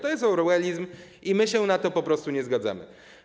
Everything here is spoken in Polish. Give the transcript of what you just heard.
To jest orwellizm i my się na to po prostu nie zgadzamy.